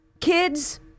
Kids